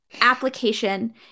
Application